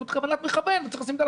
זאת כוונת מכוון וצריך לשים אותה על